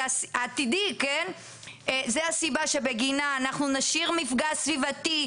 זאת הסיבה שבגינה אנחנו נשאיר מפגע סביבתי,